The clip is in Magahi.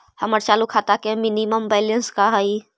हमर चालू खाता के मिनिमम बैलेंस का हई?